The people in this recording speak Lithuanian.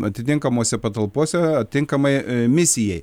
atitinkamose patalpose atitinkamai misijai